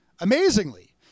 amazingly